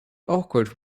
awkward